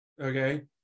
okay